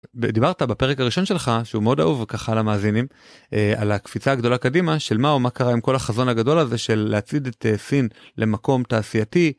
דיברת בפרק הראשון שלך, שהוא מאוד אהוב ככה על המאזינים, על הקפיצה הגדולה קדימה של מה ומה קרה עם כל החזון הגדול הזה של להצעיד את סין למקום תעשייתי.